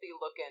looking